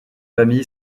famille